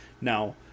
Now